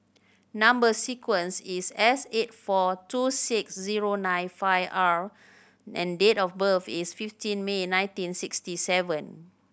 number sequence is S eight four two six zero nine five R and date of birth is fifteen May nineteen sixty seven